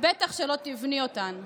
בטח שלא תבני אותן,